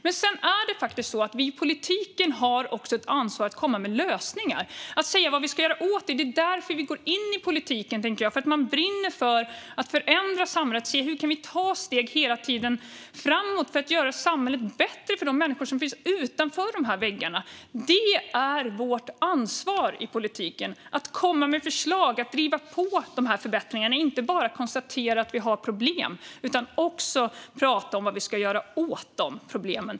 Men sedan är det faktiskt så att vi i politiken också har ett ansvar att komma med lösningar, att säga vad vi ska göra åt det. Det är därför, tänker jag, som vi går in i politiken: för att vi brinner för att förändra samhället och se hur vi hela tiden kan ta steg framåt för att göra samhället bättre för de människor som finns utanför dessa väggar. Det är vårt ansvar i politiken. Vi ska komma med förslag och driva på för förbättringar. Vi ska inte bara konstatera att vi har problem utan också prata om vad vi ska göra åt de problemen.